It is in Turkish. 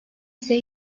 ise